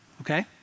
Okay